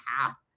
path